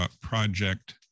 Project